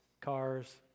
cars